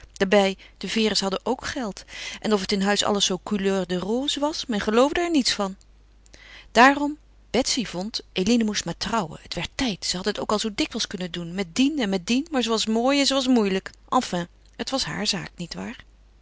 niets daarbij de vere's hadden ok geld en of het in huis alles zoo couleur de rose was men geloofde er niets van daarom betsy vond eline moest maar trouwen het werd tijd ze had het ook al zoo dikwijls kunnen doen met dien en met dien maar ze was mooi en ze was moeilijk enfin het was haar zaak